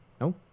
no